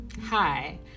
hi